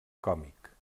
còmic